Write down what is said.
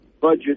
budget